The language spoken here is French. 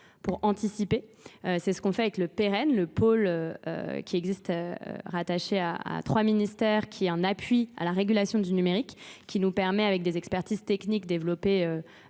pour anticiper. C'est ce qu'on fait avec le Péren, le pôle qui existe rattaché à trois ministères, qui est un appui à la régulation du numérique, qui nous permet avec des expertises techniques développées